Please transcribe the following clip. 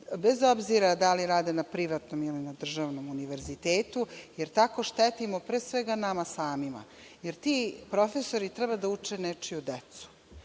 bez obzira da li rade na privatnom ili na državnom univerzitetu, jer tako štetimo pre svega nama samima, jer ti profesori treba da uče nečiju decu.